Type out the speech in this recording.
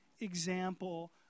example